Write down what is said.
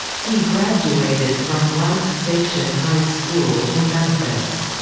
he graduated from white station high school in memphis.